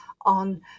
on